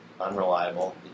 unreliable